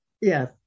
yes